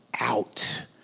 out